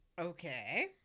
Okay